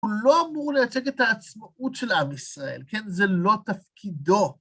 ‫הוא לא אמור לייצג את העצמאות ‫של עם ישראל, כן? זה לא תפקידו.